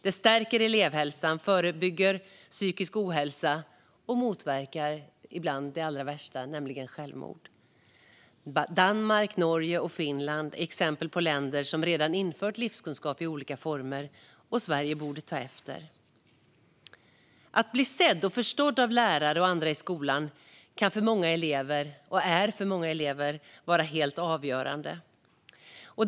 Det stärker elevhälsan, förebygger psykisk ohälsa och motverkar ibland det allra värsta, nämligen självmord. Danmark, Norge och Finland är exempel på länder som redan infört livskunskap i olika former, och Sverige borde ta efter. Att bli sedd och förstådd av lärare och andra i skolan kan för många elever vara helt avgörande - och är det för många elever.